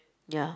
ya